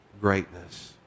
greatness